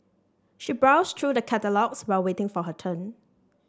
she browsed through the catalogues while waiting for her turn